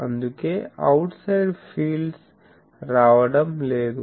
అందుకే outside fields రావడం లేదు